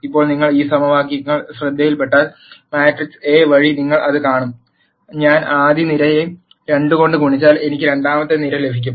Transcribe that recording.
ഇപ്പോൾ നിങ്ങൾ ഈ സമവാക്യങ്ങൾ ശ്രദ്ധയിൽപ്പെട്ടാൽ മാട്രിക്സ് എ വഴി നിങ്ങൾ അത് കാണും ഞാൻ ആദ്യ നിരയെ 2 കൊണ്ട് ഗുണിച്ചാൽ എനിക്ക് രണ്ടാമത്തെ നിര ലഭിക്കും